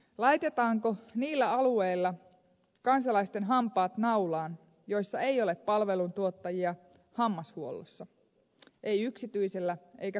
laitetaanko niillä alueilla kansalaisten hampaat naulaan joissa ei ole palveluntuottajia hammashuollossa ei yksityisellä eikä kunnallisella puolella